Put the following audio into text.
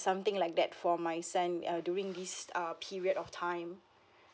something like that for my son uh during this err period of time